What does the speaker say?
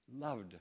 loved